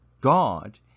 God